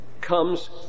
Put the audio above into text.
comes